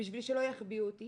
בשביל שלא יחביאו אותי